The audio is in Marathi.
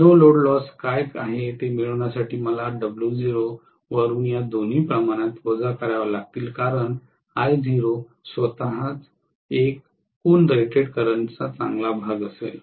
नो लोड लॉस काय आहे ते मिळविण्यासाठी मला W0 वरून या दोन्ही प्रमाणात वजा कराव्या लागतील कारण I0 स्वतःच एकूण रेटेड करंटचा चांगला भाग असेल